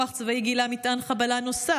כוח צבאי גילה מטען חבלה נוסף,